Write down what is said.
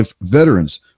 veterans